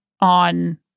on